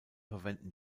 verwenden